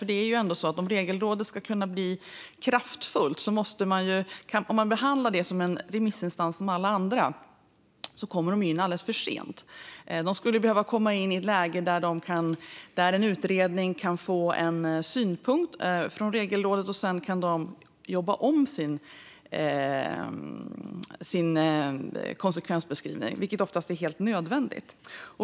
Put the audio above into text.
Det är ju ändå så att Regelrådet kommer in alldeles för sent om man behandlar det som en remissinstans som alla andra. Rådet skulle behöva komma in i ett läge där en utredning kan få en synpunkt från Regelrådet och sedan arbeta om sin konsekvensbeskrivning, vilket oftast är helt nödvändigt.